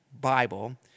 Bible—